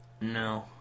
No